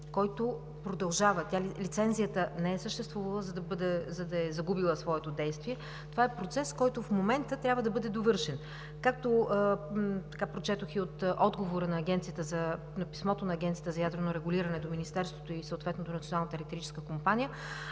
който продължава – лицензията не е съществувала, за да е загубила своето действие. Това е процес, който в момента трябва да бъде довършен. Както прочетох и в писмото на Агенцията за ядрено регулиране (АЯР) до Министерството и до Националната електрическа компания,